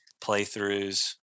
playthroughs